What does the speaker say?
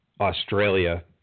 Australia